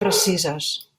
precises